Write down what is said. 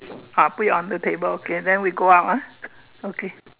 ah put it on the table okay then we go out ah okay